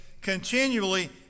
continually